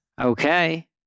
Okay